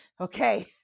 okay